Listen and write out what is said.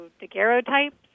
daguerreotypes